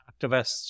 activists